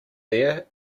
there